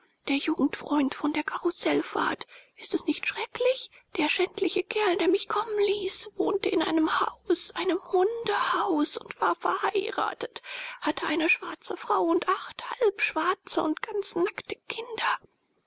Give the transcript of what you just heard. der jugendfreund von der karusselfahrt ist es nicht schrecklich der schändliche kerl der mich kommen ließ wohnte in einem haus einem hundehaus und war verheiratet hatte eine schwarze frau und acht halbschwarze und ganz nackte kinder